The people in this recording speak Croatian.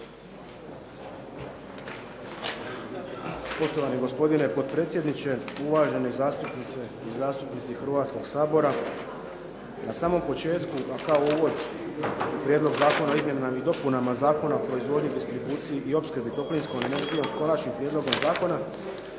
Poštovani gospodine potpredsjedniče, uvažene zastupnice i zastupnici Hrvatskoga sabora. Na samom početku a kao uvod u Prijedlog zakona o izmjenama i dopunama Zakona o proizvodnji, distribuciji i opskrbi toplinskom energijom s konačnim prijedlogom zakona